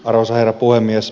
arvoisa herra puhemies